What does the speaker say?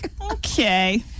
Okay